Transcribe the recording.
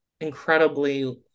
incredibly